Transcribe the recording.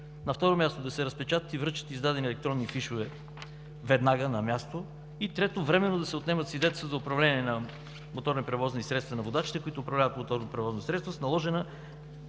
на второ място, да се разпечатат и връчат издадени електронни фишове веднага, на място; - трето, временно да се отнемат свидетелства за управление на моторни превозни средства на водачите, които управляват моторно превозно средство с наложена